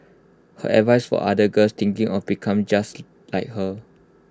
her advice for other girls thinking of become just like her